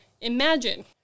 imagine